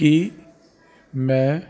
ਕੀ ਮੈਂ